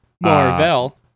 Marvel